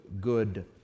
good